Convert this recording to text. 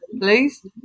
please